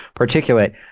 particulate